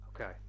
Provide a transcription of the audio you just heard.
Okay